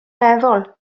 meddwl